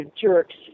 jerks